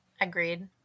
Agreed